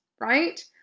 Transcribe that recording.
right